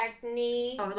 ...technique